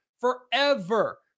forever